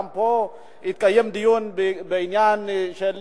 גם פה התקיים דיון בעניין של